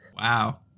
Wow